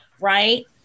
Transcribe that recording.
right